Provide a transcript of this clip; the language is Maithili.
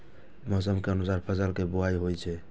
मौसम के अनुसार फसल के बुआइ होइ छै